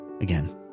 Again